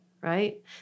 right